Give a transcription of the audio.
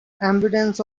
abundance